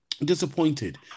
disappointed